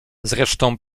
zresztą